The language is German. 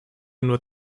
nur